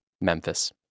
memphis